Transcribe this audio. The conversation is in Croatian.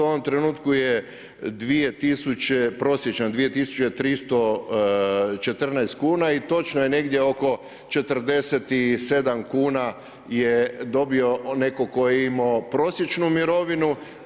U ovom trenutku je 2000, prosječna 2314 kuna i točno je negdje oko 47 kuna je dobio netko tko je imao prosječnu mirovinu.